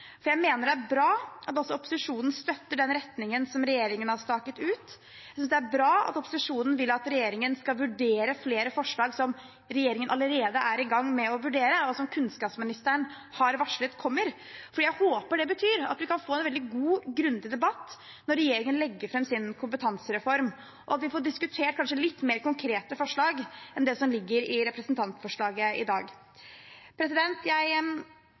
for jeg mener det er bra at også opposisjonen støtter den retningen som regjeringen har staket ut. Det er bra at opposisjonen vil at regjeringen skal vurdere flere forslag som regjeringen allerede er i gang med å vurdere, og som kunnskapsministeren har varslet kommer, for jeg håper det betyr at vi kan få en veldig god og grundig debatt når regjeringen legger fram sin kompetansereform, og at vi kanskje får diskutert litt mer konkrete forslag enn det som ligger i representantforslaget i dag. Jeg